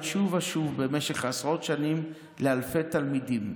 שוב ושוב במשך עשרות שנים לאלפי תלמידים.